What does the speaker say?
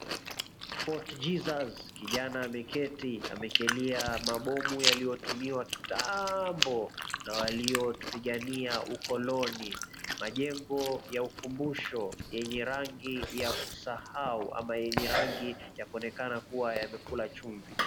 Fort Jesus. Kijana ameketi, amekalia mabomu yaliyotumiwa kitambo na waliotupigania ukoloni. Majengo ya ukumbusho yenye rangi ya kusahau ama yenye rangi ya kuonekana kuwa yamekula chumvi.